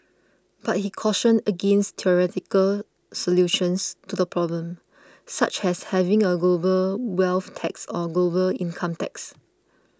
but he cautioned against theoretical solutions to the problem such as having a global wealth tax or global income tax